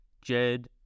Jed